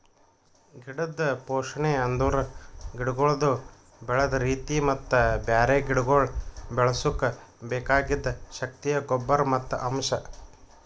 ಗಿಡದ್ ಪೋಷಣೆ ಅಂದುರ್ ಗಿಡಗೊಳ್ದು ಬೆಳದ್ ರೀತಿ ಮತ್ತ ಬ್ಯಾರೆ ಗಿಡಗೊಳ್ ಬೆಳುಸುಕ್ ಬೆಕಾಗಿದ್ ಶಕ್ತಿಯ ಗೊಬ್ಬರ್ ಮತ್ತ್ ಅಂಶ್